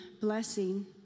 blessing